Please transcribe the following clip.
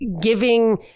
giving